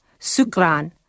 sukran